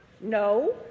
No